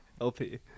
L-P